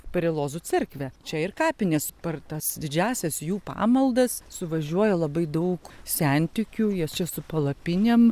perelozų cerkvė čia ir kapinės per tas didžiąsias jų pamaldas suvažiuoja labai daug sentikių jie čia su palapinėm